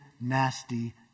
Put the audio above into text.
nasty